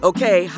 Okay